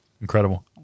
incredible